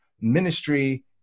ministry